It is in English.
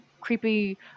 creepy